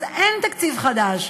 אז אין תקציב חדש.